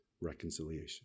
reconciliation